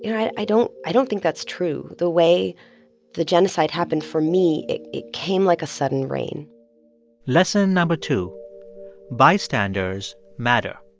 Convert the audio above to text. you know, i don't i don't think that's true the way the genocide happened for me, it it came like a sudden rain lesson no. two bystanders matter.